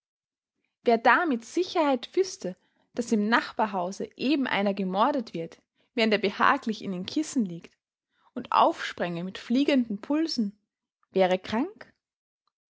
wer da mit sicherheit wüßte daß im nachbarhause eben einer gemordet wird während er behaglich in den kissen liegt und aufspränge mit fliegenden pulsen wäre krank